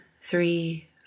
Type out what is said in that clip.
three